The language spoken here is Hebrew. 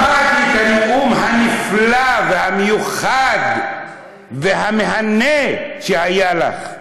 שמעתי את הנאום הנפלא והמיוחד והמהנה שהיה לך.